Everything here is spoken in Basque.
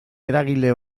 eragile